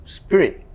spirit